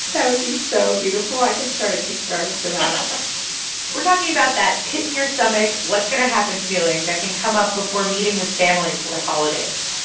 that would be so beautiful. i could start a kickstarter for that ah we're talking about that pit in your stomach what's going to happen? feeling that can come up before meeting with family for the holidays.